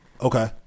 Okay